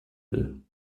will